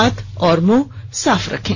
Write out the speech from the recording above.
हाथ और मुंह साफ रखें